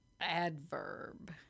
adverb